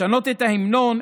לשנות את ההמנון,